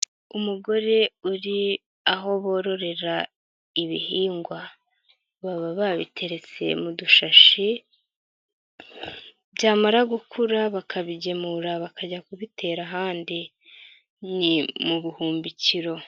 Umugore uri aho bororera ibihingwa, baba babiteretse mu dushashi, byamara gukura bakabigemura bakajya kubitera ahandi, ni mu buhumbikiro.